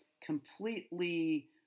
completely